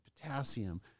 potassium